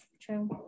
true